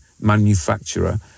manufacturer